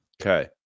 Okay